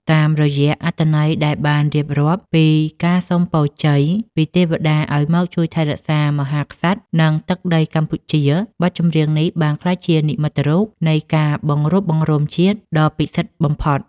តាមរយៈអត្ថន័យដែលបានរៀបរាប់ពីការសុំពរជ័យពីទេវតាឱ្យមកជួយថែរក្សាមហាក្សត្រ និងទឹកដីកម្ពុជា បទចម្រៀងនេះបានក្លាយជានិមិត្តរូបនៃការបង្រួបបង្រួមជាតិដ៏ពិសិដ្ឋបំផុត។